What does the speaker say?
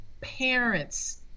parents